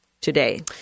Today